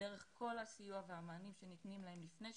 דרך כל הסיוע והמענים שניתנים להם לפני שירות,